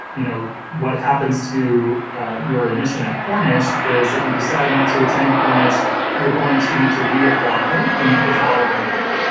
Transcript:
you know, what happens to your admission at cornish is, if you decide not to attend cornish you're going to need to reapply then the following year.